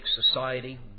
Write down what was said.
society